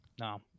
No